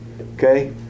Okay